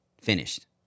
Finished